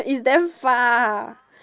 is damn far